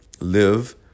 live